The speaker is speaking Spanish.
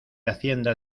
hacienda